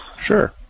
Sure